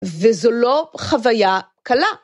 וזו לא חוויה קלה.